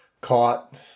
caught